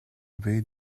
baie